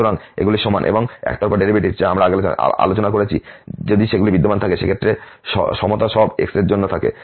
সুতরাং এগুলি সমান এবং এই একতরফা ডেরিভেটিভস যা আমরা আগে আলোচনা করেছি যদি সেগুলি বিদ্যমান থাকে সেক্ষেত্রে সমতা সব x এর জন্য থাকে